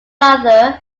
other